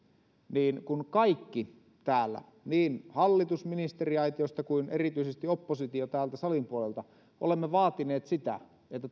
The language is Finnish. kun me kaikki täällä niin hallitus ministeriaitiosta kuin erityisesti oppositio täältä salin puolelta olemme vaatineet sitä että